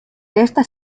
esta